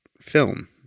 film